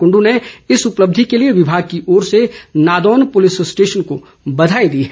उन्होंने इस उपलब्धि के लिए विभाग की ओर से नादौन पुलिस स्टेशन को बधाई दी है